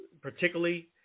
particularly